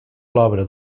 l’obra